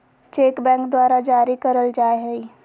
cheque bank द्वारा जारी करल जाय हय